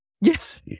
Yes